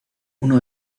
uno